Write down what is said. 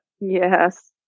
Yes